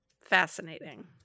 Fascinating